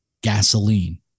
gasoline